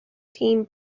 team